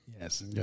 Yes